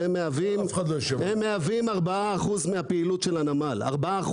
והם מהווים 4% מהפעילות של הנמל 4%,